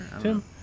Tim